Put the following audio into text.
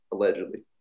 allegedly